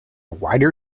wider